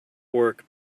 work